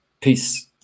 peace